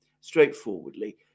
straightforwardly